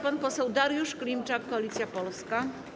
Pan poseł Dariusz Klimczak, Koalicja Polska.